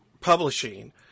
publishing